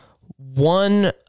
one